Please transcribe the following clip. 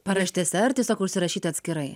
paraštėse ar tiesiog užsirašyti atskirai